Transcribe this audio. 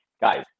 guys